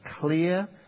clear